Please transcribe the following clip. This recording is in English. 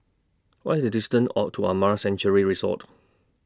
What IS The distance onto Amara Sanctuary Resort